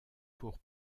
pour